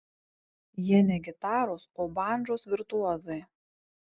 jie ne gitaros o bandžos virtuozai